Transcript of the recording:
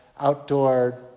outdoor